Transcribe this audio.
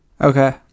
Okay